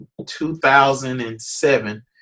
2007